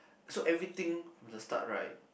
so everything from the start right